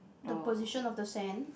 the position of the sand